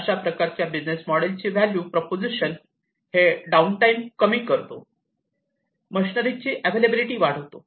अशा प्रकारच्या बिझनेस मॉडेलची व्हॅल्यू प्रोपोझिशन म्हणजे हे डाऊन टाईम कमी करतो मशनरी ची अवेलेबिलिटी वाढवितो